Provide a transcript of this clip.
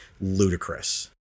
ludicrous